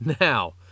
Now